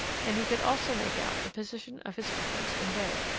and he could also make out the position of his parents in bed.